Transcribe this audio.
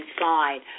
inside